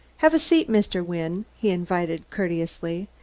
have a seat, mr. wynne, he invited courteously,